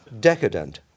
decadent